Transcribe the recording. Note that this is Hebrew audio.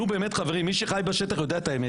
חברים מי שחי בשטח יודע את האמת.